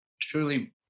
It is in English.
truly